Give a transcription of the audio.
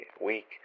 week